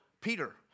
Peter